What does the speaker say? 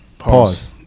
Pause